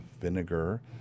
vinegar